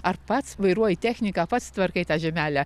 ar pats vairuoji techniką pats tvarkai tą žemelę